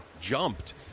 Jumped